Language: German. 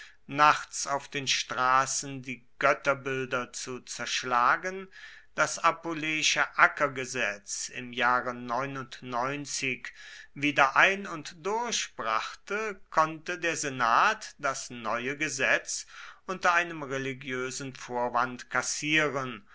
nachts auf den straßen die götterbilder zu zerschlagen das appuleische ackergesetz im jahre wieder ein und durchbrachte konnte der senat das neue gesetz unter einem religiösen vorwand kassieren